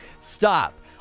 stop